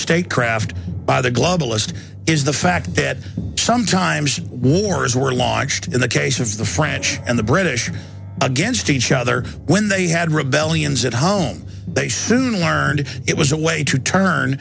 state craft by the globalist is the fact that sometimes wars were launched in the case of the french and the british against each other when they had rebellions at home they soon learned it was a way to turn